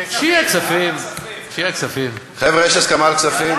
להגיע להסכמה פה?